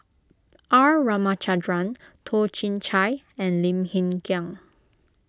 R Ramachandran Toh Chin Chye and Lim Hng Kiang